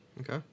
Okay